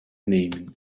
nehmen